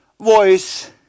voice